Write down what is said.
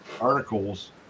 articles